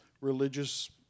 religious